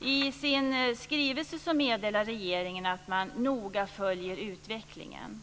I sin skrivelse meddelar regeringen att man noga följer utvecklingen.